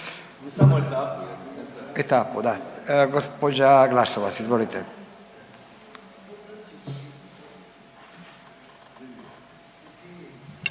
E tako da. Gospođa Glasovac, izvolite.